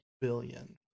billion